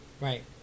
right